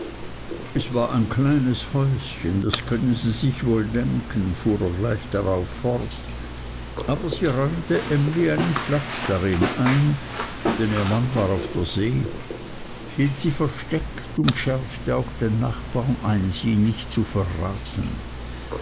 es war ein kleines häuschen das können sie sich wohl denken fuhr er gleich darauf fort aber sie räumte emly einen platz darin ein denn ihr mann war auf der see hielt sie versteckt und schärfte auch den nachbarn ein sie nicht zu verraten